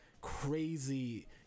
crazy